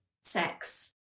sex